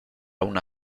una